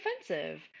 offensive